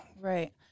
Right